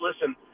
listen